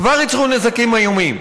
כבר ייצרו נזקים איומים.